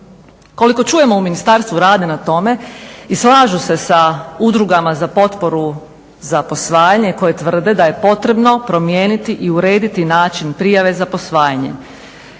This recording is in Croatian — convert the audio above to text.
Koliko čujemo u ministarstvu rade na tome i slažu se sa udrugama za potporu za posvajanje koje tvrde da je potrebno promijeniti i urediti način prijave za posvajanjem.